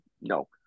no